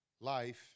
Life